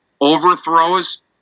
Overthrows